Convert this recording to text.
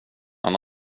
han